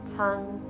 tongue